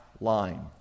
line